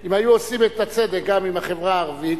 אם היו עושים את הצדק גם עם החברה הערבית,